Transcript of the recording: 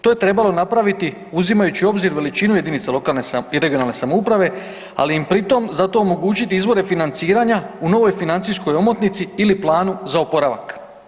To je trebalo napraviti uzimajući u obzir veličinu jedinica lokalne i regionalne samouprave, ali im pritom za to omogućiti izvore financiranja u novoj financijskoj omotnici ili planu za oporavak.